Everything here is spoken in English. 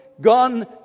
gone